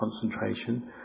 concentration